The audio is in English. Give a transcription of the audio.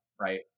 right